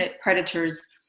predators